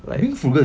like